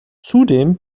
zudem